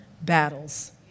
battles